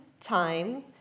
time